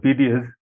PDS